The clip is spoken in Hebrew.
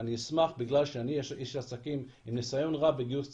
בגלל שאני איש עסקים עם ניסיון רב בגיוס כספים,